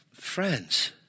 Friends